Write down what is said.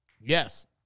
Yes